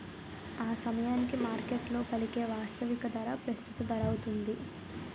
ఆసమయానికి మార్కెట్లో పలికే వాస్తవిక ధర ప్రస్తుత ధరౌతుంది